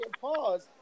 pause